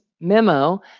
memo